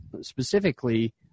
specifically